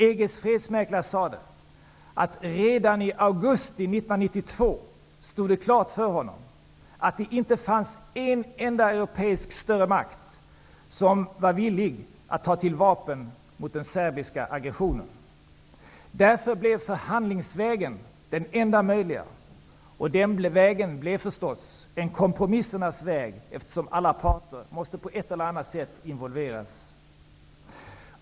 EG:s fredsmäklare sade att redan i augusti 1992 stod det klart för honom att det inte fanns en enda europeisk större makt som var villig att ta till vapen mot den serbiska aggressionen. Därför blev förhandlingsvägen den enda möjliga. Den vägen blev då förstås en kompromissernas väg, eftersom alla parter på ett eller annat sätt måste involveras.